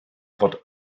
fod